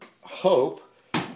Hope